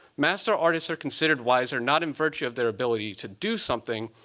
master artists are considered wiser not in virtue of their ability to do something,